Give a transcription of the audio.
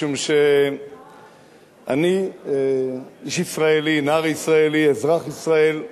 משום שאני איש ישראלי, נער ישראלי, אזרח ישראל,